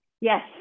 Yes